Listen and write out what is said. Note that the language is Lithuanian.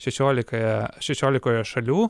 šešiolika šešiolikoje šalių